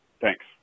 Thanks